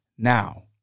now